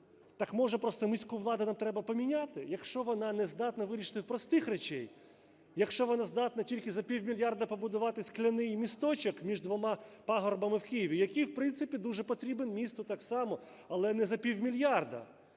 Так, може, просто міську владу нам треба поміняти, якщо вона не здатна вирішити простих речей? Якщо вона здатна тільки за пів мільярда побудувати скляний місточок між двома пагорбами в Києві, який, в принципі, дуже потрібен місту так само, але не за пів мільярда,